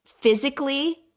physically